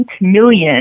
million